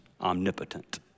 omnipotent